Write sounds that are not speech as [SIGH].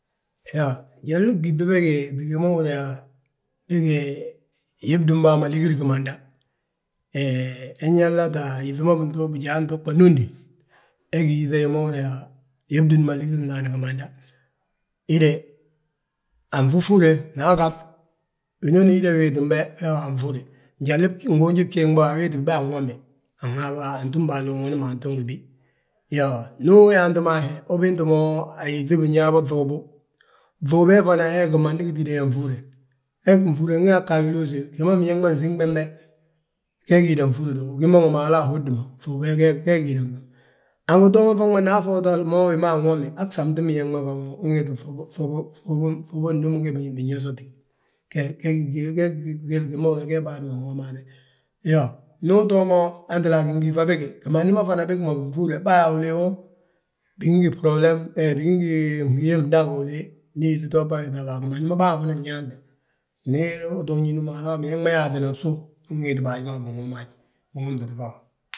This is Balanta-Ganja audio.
Iyoo, njali gyíŧi bége bigi ma húri yaa bég yóbdim bàa ma lígiri gimanda. Hee inyalnate, yíti ma bijaa ntuugbe núndi, he gí yíŧe hi ma húri yaa yóbdini ma lígiri ndaani gimanda. Hide anfúfure nda agaŧ, winooni hi de wéetim be, wee wi anfúri, njali mguunji bjéŋ bo, awéetim be anwomi. Anhabi antúm bàa alungini ma, anto ngi bi. Iyoo, ndu uyaanti mo a he ubiinte ayíŧi binyaa bo ŧuubu, ŧuubi he fana gimandi gitídi gi he nfúrre. Fe nfúrre he ga a liloosi gi ma biñaŋ ma nsíŋ bembe, gee gi hi de nfúrrite. Ugí mo ngi maalu a hódi ma ŧuubi he gee gi hide nwomo. Angi too mo nda afootale gi ma anwomi, han gsamtim biñaŋ ma faŋ ma unwéeti [HESITATION] ŧuubu ndum gi binyósoti. Ge [HESITATION] gi ma húri yaa ge bân ma. [UNINTELLIGIBLE] Iyoo, ndu utoo mo a ginjífa bége, gimandi ma fanan bége nfúrre, baa wo uléyi wo, bigi ngi brobilem, hee bigi ngi fgiye fndaŋ uléey, ndi yíŧi too bàa wéeti, gimandi ma bàa ma fana nyaanti. Ndu uto ñín mo hala ma biñaŋ ma yaaŧini bsu, unwéeti bà haji ma binwomi haj, binwomtiti bolo.